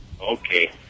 Okay